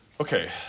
Okay